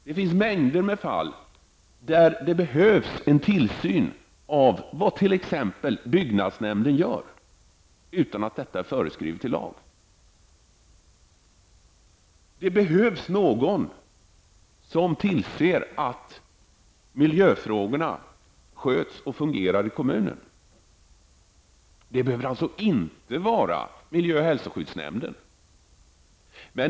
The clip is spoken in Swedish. Det finns alltså en mängd fall, där det behövs en tillsyn av t.ex. vad byggnadsnämnden gör, utan att detta är föreskrivet i lag. Det behövs någon som tillser att miljöfrågorna sköts och att det fungerar i det sammanhanget ute i kommunerna. Det behöver alltså inte vara miljö och hälsoskyddsnämnden.